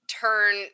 Turn